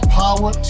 power